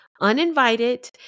uninvited